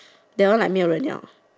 that one like 没有人要